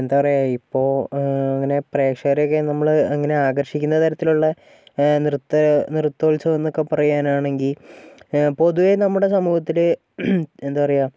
എന്താ പറയുക ഇപ്പോൾ അങ്ങനെ പ്രേക്ഷകരെയൊക്കെ നമ്മൾ അങ്ങനെ ആകർഷിക്കുന്ന തരത്തിലുള്ള നൃത്ത നൃത്തോത്സവം എന്നൊക്കെ പറയാനാണെങ്കിൽ പൊതുവേ നമ്മുടെ സമൂഹത്തിൽ എന്താ പറയുക